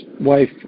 wife